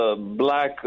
black